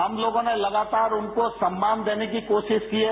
हम लोगों ने लगातार उन लोगों को सम्मान देने की कोशिश की है